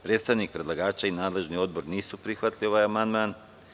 Predstavnik predlagača i nadležni odbor nisu prihvatili ovaj amandman.